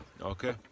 okay